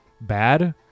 bad